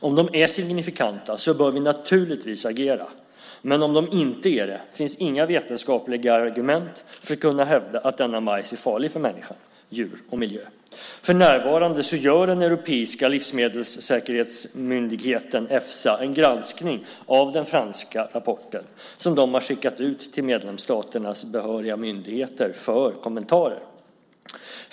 Om de är signifikanta bör vi naturligtvis agera. Men om de inte är det finns inga vetenskapliga argument för att kunna hävda att denna majs är farlig för människa, djur och miljö. För närvarande gör den europeiska livsmedelssäkerhetsmyndigheten, Efsa, en granskning av den franska rapporten som de har skickat ut till medlemsstaternas behöriga myndigheter för kommentarer.